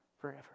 forever